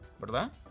verdad